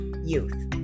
youth